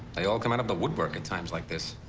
they all come out of the woodwork at times like this.